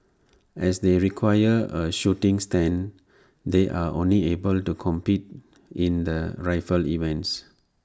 as they require A shooting stand they are only able compete in the rifle events